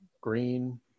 Green